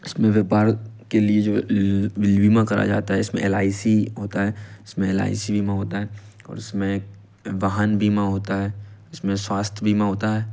इसमें व्यापार के लिए जो है बीमा कराया जाता है इसमें एल आई सी होता है इसमें एल आई सी बीमा होता है और उसमें एक वाहन बीमा होता है जिसमें स्वास्थ्य बीमा होता है